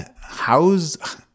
how's